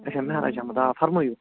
اَچھا مہراج احمد آ فرمٲیُو